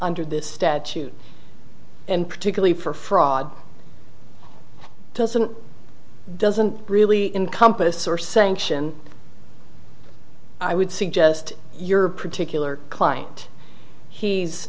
nder this statute and particularly for fraud doesn't doesn't really in compass are saying sion i would suggest your particular client he's